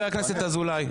חבר הכנסת אזולאי.